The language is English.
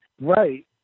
Right